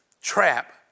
trap